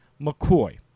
McCoy